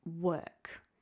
work